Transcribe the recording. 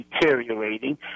deteriorating